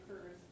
occurs